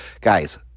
guys